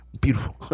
beautiful